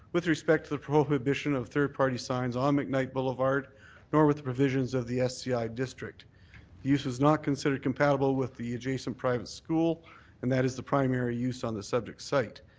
with respect to the prohibition of third party signs on mcknight boulevard nor with the provisions of the sci district. the use is not considered compatible with the adjacent private school and that is the primary use on the subject site.